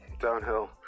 Downhill